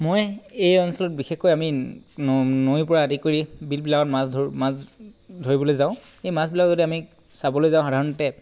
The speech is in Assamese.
মই এই অঞ্চলত বিশেষকৈ আমি ন নৈৰ পৰা আদি কৰি বিলবিলাকত মাছ ধৰোঁ মাছ ধৰিবলৈ যাওঁ এই মাছবিলাক যদি আমি চাবলৈ যাওঁ সাধাৰণতে